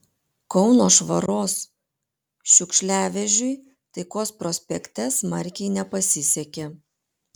kauno švaros šiukšliavežiui taikos prospekte smarkiai nepasisekė